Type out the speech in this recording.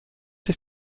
sich